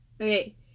Okay